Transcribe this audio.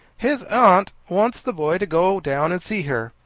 his aunt wants the boy to go down and see her.